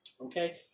Okay